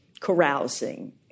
carousing